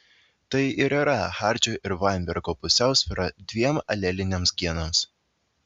tai ir yra hardžio ir vainbergo pusiausvyra dviem aleliniams genams